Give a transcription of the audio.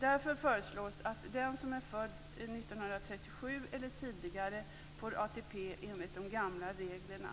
Därför föreslås att den som är född 1937 eller tidigare får ATP enligt de gamla reglerna.